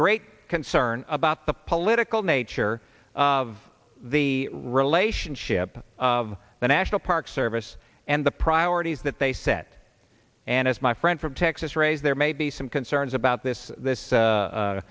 great concern about the political nature of the relationship of the national park service and the priorities that they set and as my friend from texas raised there may be some concerns about this this